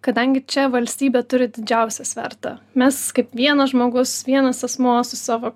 kadangi čia valstybė turi didžiausią svertą mes kaip vienas žmogus vienas asmuo su savo